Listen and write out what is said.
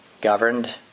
governed